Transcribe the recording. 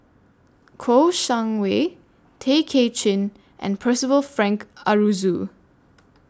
Kouo Shang Wei Tay Kay Chin and Percival Frank Aroozoo